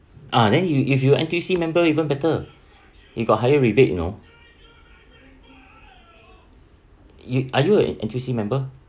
ah then you if you N_T_U_C member even better you got higher rebate you know you are you a N_T_U_C member